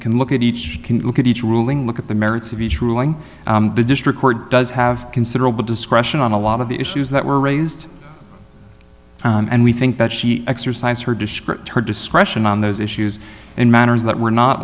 can look at each can look at each ruling look at the merits of each ruling the district court does have considerable discretion on a lot of the issues that were raised and we think that she exercised her descript her discretion on those issues and matters that were not